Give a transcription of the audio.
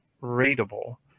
readable